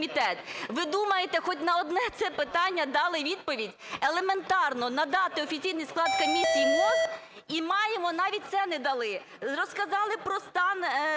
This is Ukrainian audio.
Ви думаєте, хоч на одне це питання дали відповідь? Елементарно надати офіційний склад комісії МОЗ - і маємо, навіть це не дали. Розказали про стан